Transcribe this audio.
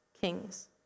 Kings